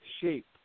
shape